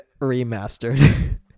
remastered